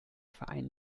verein